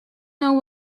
know